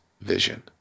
vision